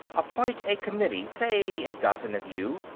appoint a committee, say a dozen of you,